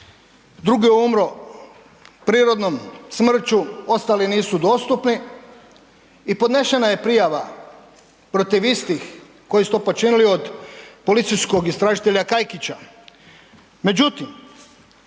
drugi je umro prirodnom smrću, ostali nisu dostupni, i podnešena je prijava protiv istih koji su to počinili od policijskog istražitelja Kajkića.